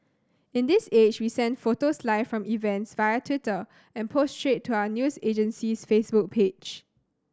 in this age we send photos live from events via Twitter and post straight to our news agency's Facebook page